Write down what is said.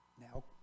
Now